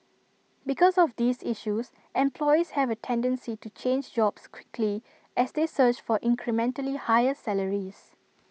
because of these issues employees have A tendency to change jobs quickly as they search for incrementally higher salaries